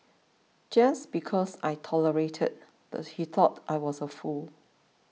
just because I tolerated the he thought I was a fool